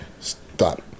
Stop